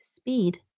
speed